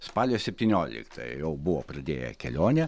spalio septynioliktąją jau buvo pradėję kelionę